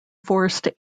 forced